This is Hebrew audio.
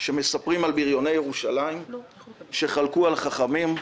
שמספרות על ביריוני ירושלים שחלקו על החכמים.